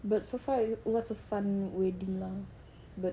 but so far it was a fun wedding lah but